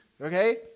okay